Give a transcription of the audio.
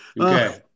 Okay